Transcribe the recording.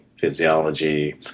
physiology